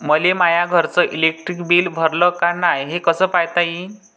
मले माया घरचं इलेक्ट्रिक बिल भरलं का नाय, हे कस पायता येईन?